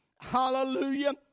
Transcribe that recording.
hallelujah